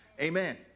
Amen